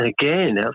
again